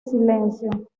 silencio